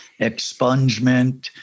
expungement